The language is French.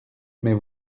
mais